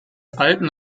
alten